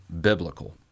biblical